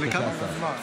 בבקשה, השר.